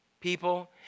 people